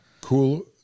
Cool